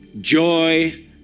joy